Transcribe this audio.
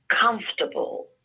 comfortable